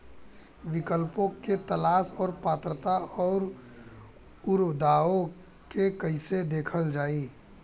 विकल्पों के तलाश और पात्रता और अउरदावों के कइसे देखल जाइ?